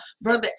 brother